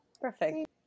perfect